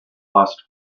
last